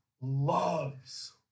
loves